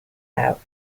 out